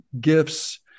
gifts